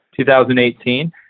2018